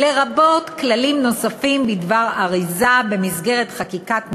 לרבות כללים נוספים בדבר אריזה במסגרת חקיקת משנה,